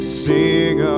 sing